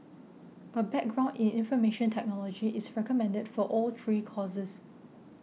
a background in information technology is recommended for all three courses